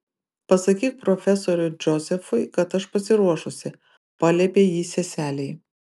pasakyk profesoriui džozefui kad aš pasiruošusi paliepė ji seselei